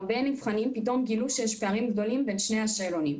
הרבה נבחנים פתאום גילו שיש פערים גדולים בין שני השאלונים,